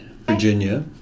Virginia